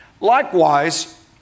likewise